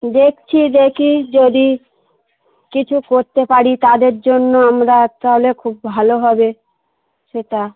দেখছি দেখি যদি কিছু করতে পারি তাদের জন্য আমরা তাহলে খুব ভালো হবে সেটা